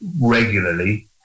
regularly